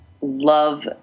love